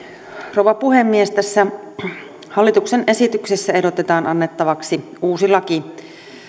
rouva puhemies tässä hallituksen esityksessä ehdotetaan annettavaksi uusi laki